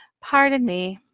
pardon me.